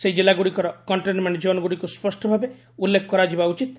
ସେହି ଜିଲ୍ଲାଗୁଡ଼ିକର କଣ୍ଟେନ୍ମେଣ୍ଟନ ଜୋନ୍ଗୁଡ଼ିକୁ ସ୍ୱଷ୍ଟ ଭାବେ ଉଲ୍ଲେଖ କରାଯିବା ଉଚିତ୍